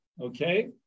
okay